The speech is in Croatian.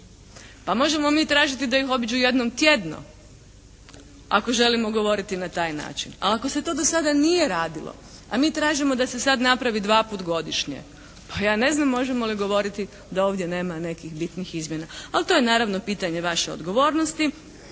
Pa možemo mi tražiti da ih obiđu jednom tjedno, ako želimo govoriti na taj način. A ako se to do sada nije radilo, a mi tražimo da se sada napravi dva puta godišnje, pa ja ne znam možemo li govoriti da ovdje nema nekih bitnih izmjena, ali to je naravno pitanje vaše odgovornosti.